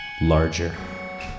larger